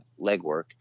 legwork